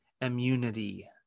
immunity